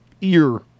Ear